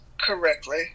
correctly